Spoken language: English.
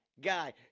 guy